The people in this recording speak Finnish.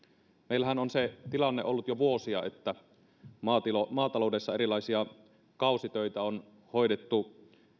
meillähän on se tilanne ollut jo vuosia että maataloudessa erilaisia kausitöitä on hoidettu